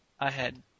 ahead